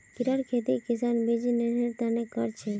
कीड़ार खेती किसान बीजनिस्सेर तने कर छे